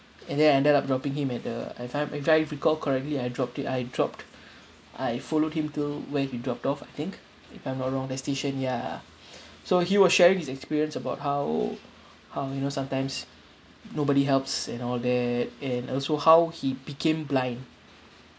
and then I ended up dropping him at the if I'm if I correctly I dropped it I dropped I followed him to where he dropped off I think if I'm not wrong the station ya so he was sharing his experience about how how you know sometimes nobody helps and all that and also how he became blind